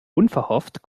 unverhofft